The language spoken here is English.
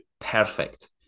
Perfect